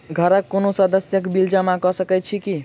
घरक कोनो सदस्यक बिल जमा कऽ सकैत छी की?